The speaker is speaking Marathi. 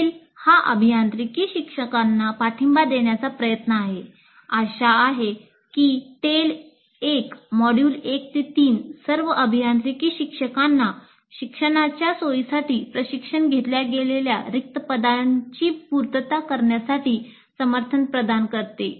टेल मॉड्यूल 1 3 सर्व अभियांत्रिकी शिक्षकांना शिक्षणाच्या सोयीसाठी प्रशिक्षण घेतल्या गेलेल्या रिक्त पदांची पूर्तता करण्यासाठी समर्थन प्रदान करतो